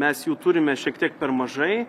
mes jų turime šiek tiek per mažai